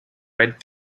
read